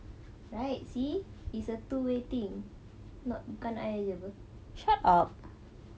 right see it's a two way thing not bukan I saja [pe]